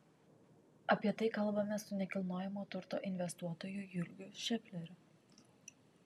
apie tai kalbamės su nekilnojamojo turto investuotoju jurgiu šefleriu